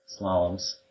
slaloms